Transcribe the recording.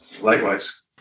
Likewise